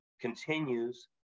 continues